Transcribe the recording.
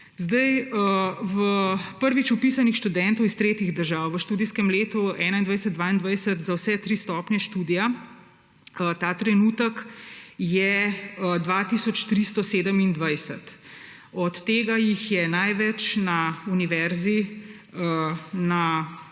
Prvič vpisanih študentov iz tretjih držav v študijskem letu 2021/2022 za vse tri stopnje študija ta trenutek je 2 tisoč 327. Od tega jih je največ na Univerzi v